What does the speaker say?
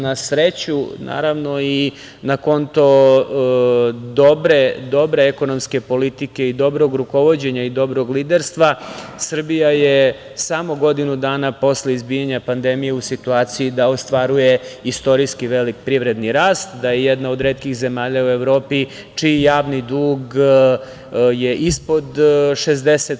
Na sreću, naravno i na konto dobre ekonomske politike i dobrog rukovođenja i dobrog liderstva, Srbija je samo godinu dana posle izbijanja pandemije u situaciji da ostvaruje istorijski velik privredni rast, da je jedna od retkih zemalja u Evropi čiji javni dug je ispod 60%